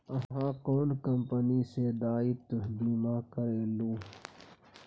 अहाँ कोन कंपनी सँ दायित्व बीमा करेलहुँ